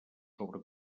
sobre